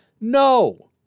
No